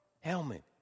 Helmet